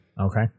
okay